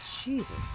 Jesus